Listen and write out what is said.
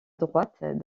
droite